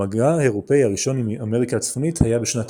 המגע האירופאי הראשון עם אמריקה הצפונית היה בשנת